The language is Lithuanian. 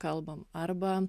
kalbam arba